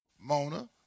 Mona